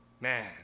man